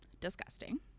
Disgusting